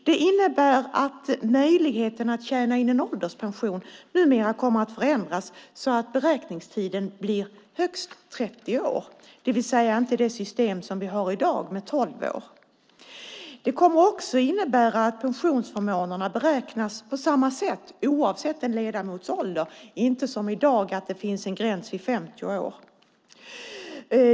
Det innebär att möjligheten att tjäna in en ålderspension kommer att förändras så att beräkningstiden blir högst 30 år, det vill säga, inte det system som vi har i dag med 12 år. Det kommer också att innebära att pensionsförmånerna beräknas på samma sätt, oavsett en ledamots ålder, inte som i dag att det finns en gräns vid 50 år.